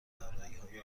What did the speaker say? داراییهای